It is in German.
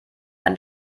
ein